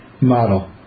model